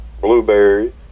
blueberries